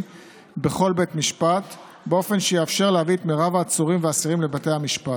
בכל בית משפט באופן שיאפשר להביא את מרב העצורים והאסירים לבתי המשפט.